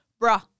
bruh